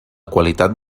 qualitat